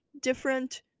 Different